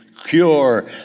Cure